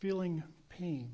feeling pain